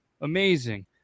amazing